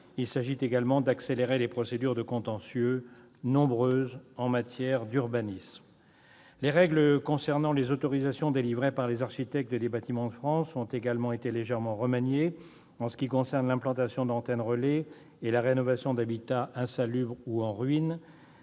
Il s'agit également d'accélérer les procédures de contentieux, nombreuses en matière d'urbanisme. Les règles concernant les autorisations délivrées par les architectes des Bâtiments de France ont également été légèrement remaniées en ce qui concerne l'implantation d'antennes relais et la rénovation d'habitats insalubres ou en ruine.